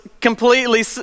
completely